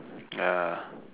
ya